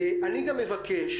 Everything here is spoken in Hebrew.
אני גם מבקש,